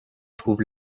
trouve